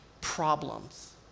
problems